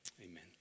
Amen